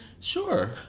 Sure